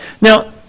Now